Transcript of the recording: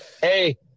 Hey